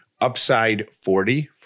UPSIDE40